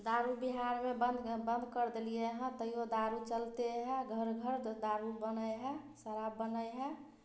दारू बिहारमे बन्द बन्द करि देलिए हँ तैओ दारू चलिते हइ घर घर दारू बनै हइ शराब बनै हइ